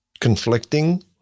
conflicting